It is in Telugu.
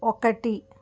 ఒకటి